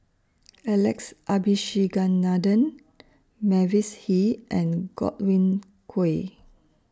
Alex Abisheganaden Mavis Hee and Godwin Koay